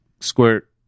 squirt